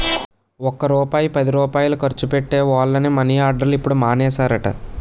ఒక్క రూపాయి పదిరూపాయలు ఖర్చు పెట్టే వోళ్లని మని ఆర్డర్లు ఇప్పుడు మానేసారట